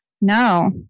No